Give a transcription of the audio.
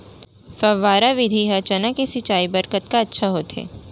फव्वारा विधि ह चना के सिंचाई बर कतका अच्छा होथे?